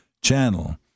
channel